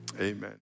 amen